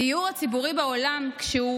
הדיור הציבורי בעולם, כשהוא